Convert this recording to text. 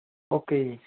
okay ਜੀ